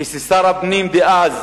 כששר הפנים דאז